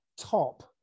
top